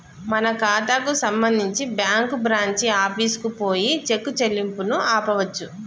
మన ఖాతాకు సంబంధించి బ్యాంకు బ్రాంచి ఆఫీసుకు పోయి చెక్ చెల్లింపును ఆపవచ్చు